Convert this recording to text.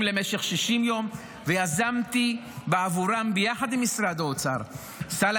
למשך 60 יום ויזמתי בעבורם ביחד עם משרד האוצר סל